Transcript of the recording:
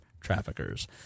traffickers